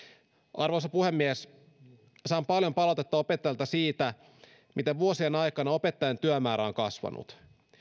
arvoisa puhemies saan paljon palautetta opettajilta siitä miten vuosien aikana opettajien työmäärä on kasvanut